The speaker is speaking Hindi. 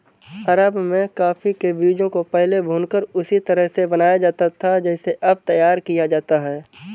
अरब में कॉफी के बीजों को पहले भूनकर उसी तरह से बनाया जाता था जैसे अब तैयार किया जाता है